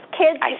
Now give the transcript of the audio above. kids